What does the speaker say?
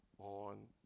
on